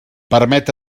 permet